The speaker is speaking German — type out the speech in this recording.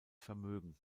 vermögen